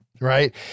Right